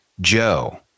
joe